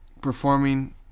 performing